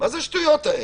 מה זה השטויות האלה?